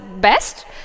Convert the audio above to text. best